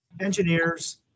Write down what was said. engineers